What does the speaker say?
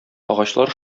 агачлар